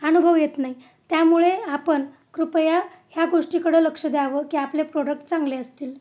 अनुभव येत नाही त्यामुळे आपण कृपया ह्या गोष्टीकडे लक्ष द्यावं की आपले प्रॉडक्ट चांगले असतील